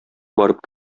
барып